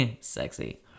sexy